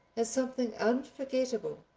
as something unforgettable,